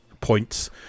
points